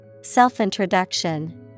Self-introduction